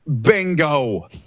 Bingo